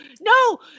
no